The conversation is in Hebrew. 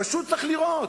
פשוט צריך לראות: